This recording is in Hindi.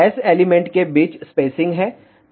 S एलिमेंट के बीच स्पेसिंग है